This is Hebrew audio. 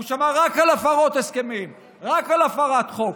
הוא שמע רק על הפרות הסכמים, רק על הפרת חוק.